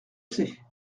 sait